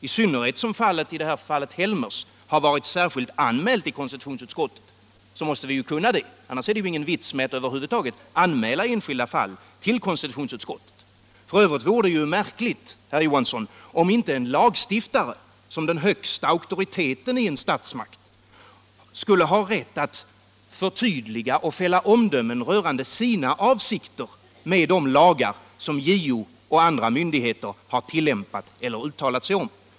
I synnerhet om ärendet, som i fallet Helmers, varit särskilt anmält i konstitutionsutskottet måste vi kunna göra det. Annars är det ingen vits med att över huvud taget anmäla enskilda fall till konstitutionsutskottet. F. ö. vore det märkligt, herr Johansson, om inte en lagstiftare som den högsta auktoriteten i en statsmakt skulle ha rätt att förtydliga och fälla omdömen rörande sina avsikter med de lagar som JO och andra myndigheter har tillämpat eller uttalat sig om.